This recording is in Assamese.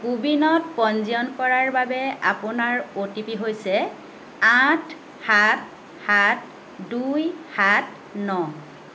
কোৱিনত পঞ্জীয়ন কৰাৰ বাবে আপোনাৰ অ'টিপি হৈছে আঠ সাত সাত দুই সাত ন